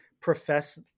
profess